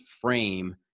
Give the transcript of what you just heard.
frame